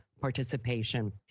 Participation